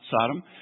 Sodom